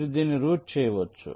మీరు దీన్ని రూట్ చేయవచ్చు